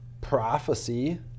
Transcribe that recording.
prophecy